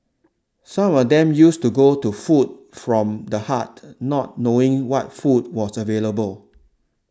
some of them used to go to Food from the Heart not knowing what food was available